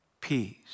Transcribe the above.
peace